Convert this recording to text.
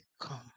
come